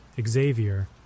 Xavier